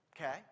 Okay